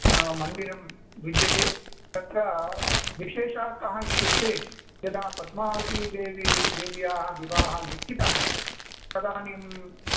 मन्दिरं विद्यते तत्र विशेषः कः इत्युक्ते यदा पद्मावतीदेवी देव्याः विवाहः निश्चितः तदानीम्